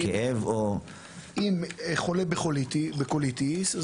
אם חולה בקוליטיס,